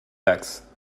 dax